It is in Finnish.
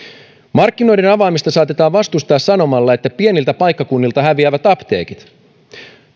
markkinoiden avaamista saatetaan vastustaa sanomalla että pieniltä paikkakunnilta häviävät apteekit